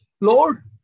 Lord